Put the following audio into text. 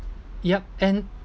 yup and